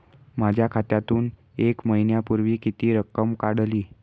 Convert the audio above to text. माझ्या खात्यातून एक महिन्यापूर्वी किती रक्कम काढली?